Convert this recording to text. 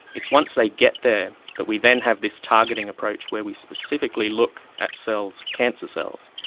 it's once they get there that we then have this targeting approach where we specifically look at cells, cancer cells,